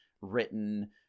written